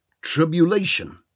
tribulation